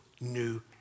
new